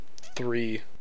three